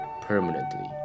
permanently